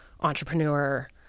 entrepreneur